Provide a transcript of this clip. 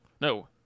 no